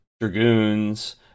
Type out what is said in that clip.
dragoons